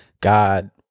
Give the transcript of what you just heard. god